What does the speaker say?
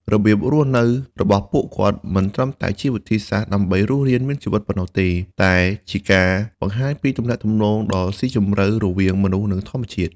របៀបរស់នៅរបស់ពួកគាត់មិនត្រឹមតែជាវិធីសាស្រ្តដើម្បីរស់រានមានជីវិតប៉ុណ្ណោះទេ តែជាការបង្ហាញពីទំនាក់ទំនងដ៏ស៊ីជម្រៅរវាងមនុស្ស និងធម្មជាតិ។